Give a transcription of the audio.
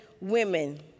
women